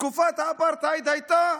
תקופת האפרטהייד הייתה